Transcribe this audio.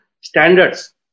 standards